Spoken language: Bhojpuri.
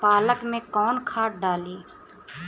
पालक में कौन खाद डाली?